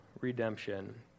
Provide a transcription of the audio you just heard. redemption